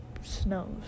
snows